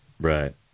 Right